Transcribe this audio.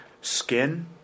Skin